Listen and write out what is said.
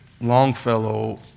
Longfellow